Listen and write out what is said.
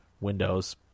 Windows